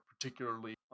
particularly